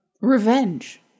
Revenge